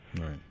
Right